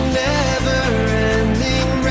never-ending